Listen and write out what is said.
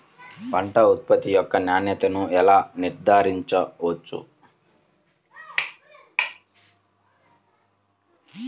పంట ఉత్పత్తి యొక్క నాణ్యతను ఎలా నిర్ధారించవచ్చు?